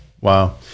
Wow